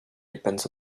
depends